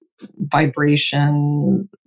vibration